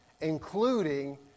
including